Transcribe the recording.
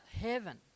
heaven